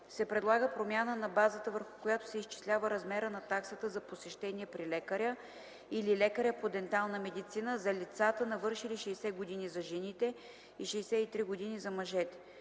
се предлага промяна на базата, върху която се изчислява размера на таксата за посещение при лекаря или лекаря по дентална медицина, за лицата, навършили 60 години за жените и 63 години за мъжете.